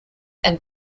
and